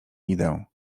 idę